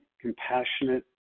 compassionate